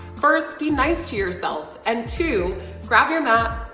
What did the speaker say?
first, be nice to yourself. and two grab your mat,